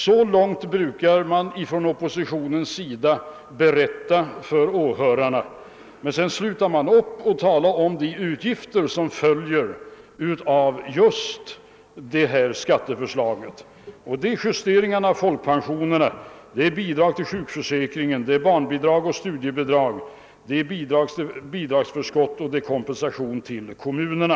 — Så långt brukar man från oppositionens sida berätta för åhörarna, men sedan slutar man plötsligt och talar inte om de utgifter som följer av just det här skatteförslaget: det är justeringarna av folkpensionerna, det är bidrag till sjukförsäkringen, det är barnbidrag och studiebidrag, det är bidragsförskott och det är kompensation till kommunerna.